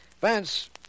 Vance